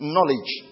Knowledge